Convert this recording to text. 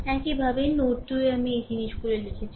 একইভাবে নোড 2 এ আমি এই জিনিসগুলি লিখেছি